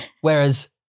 Whereas